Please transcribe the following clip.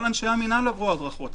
כל אנשי המינהל עברו הדרכות.